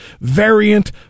variant